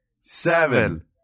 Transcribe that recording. seven